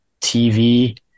TV